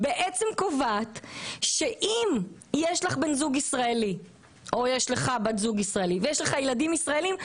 הוועדה קובעת שאם יש לך בן זוג ישראלי ויש לכם ילדים ישראלים,